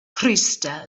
crystal